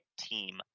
team